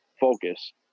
focus